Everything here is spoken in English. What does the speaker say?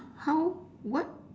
how what